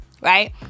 right